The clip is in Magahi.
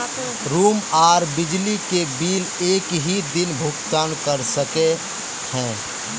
रूम आर बिजली के बिल एक हि दिन भुगतान कर सके है?